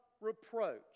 reproach